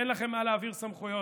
אין לכם מה להעביר סמכויות.